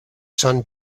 sun